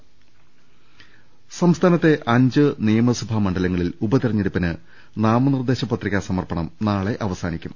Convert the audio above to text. രുട്ട്ട്ട്ട്ട്ട്ട്ട സംസ്ഥാനത്തെ അഞ്ച് നിയമസഭാ മണ്ഡലങ്ങളിൽ ഉപതെരഞ്ഞെടു പ്പിന് നാമനിർദ്ദേശ പത്രികാ സമർപ്പണം നാളെ അവസാനിക്കും